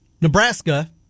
Nebraska